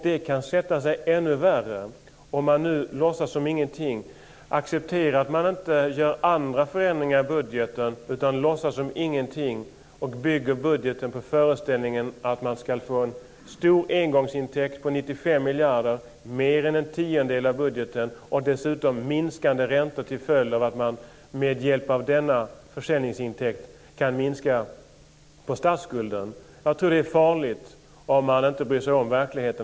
Det kan bli ännu värre om man låtsas som ingenting, accepterar att det inte sker andra förändringar i budgeten utan låtsas som ingenting och bygger budgeten på föreställningen att man ska få en stor engångsintäkt på 95 miljarder, mer än en tiondel av budgeten, och dessutom minskande räntor till följd av att man med hjälp av denna försäljningsintäkt kan minska på statsskulden. Det är farligt om man inte bryr sig om verkligheten.